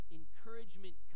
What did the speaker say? encouragement